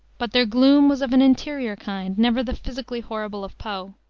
but their gloom was of an interior kind, never the physically horrible of poe.